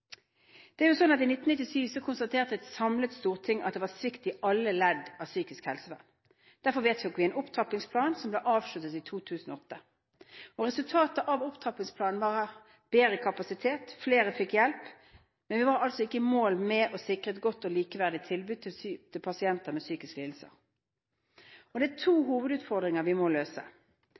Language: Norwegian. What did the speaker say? I 1997 konstaterte et samlet storting at det var svikt i alle ledd av psykisk helsevern. Derfor vedtok vi en opptrappingsplan som ble avsluttet i 2008. Resultatet av opptrappingsplanen var bedre kapasitet, flere fikk hjelp, men vi var altså ikke i mål med å sikre et godt og likeverdig tilbud til pasienter med psykiske lidelser. Det er to hovedutfordringer vi må løse.